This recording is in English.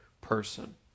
person